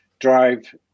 drive